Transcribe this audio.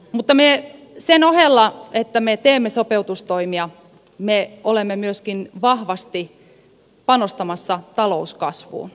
mutta sen ohella että me teemme sopeutustoimia me olemme myöskin vahvasti panostamassa talouskasvuun